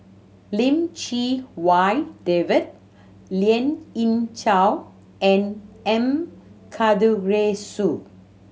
Lim Chee Wai David Lien Ying Chow and M Karthigesu